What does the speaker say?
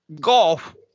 golf